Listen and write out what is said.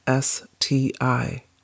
STI